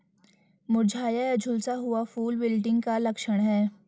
मुरझाया या झुलसा हुआ फूल विल्टिंग का लक्षण है